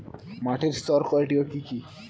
মাটির স্তর কয়টি ও কি কি?